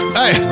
hey